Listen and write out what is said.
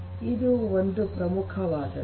ಇದು ಒಂದು ಪ್ರಮುಖವಾದದ್ದು